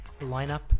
lineup